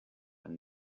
and